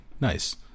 nice